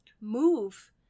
move